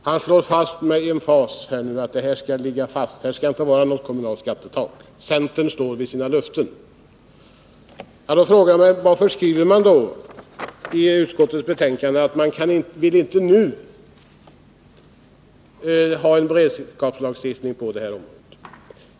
Han uttalar med emfas att det ligger fast att det inte skall vara något kommunalt skattetak, för centern står vid sina löften. Men varför skriver man då i utskottets betänkande att man inte nu vill ha en beredskapslagstiftning på det här området?